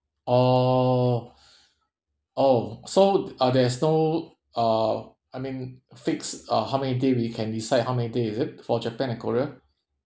oh oh so uh there's no uh I mean fixed uh how many day we can decide how many day is it for japan and korea